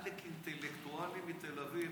עלק אינטלקטואלים מתל אביב.